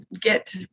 get